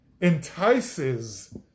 entices